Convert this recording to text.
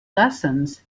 lessons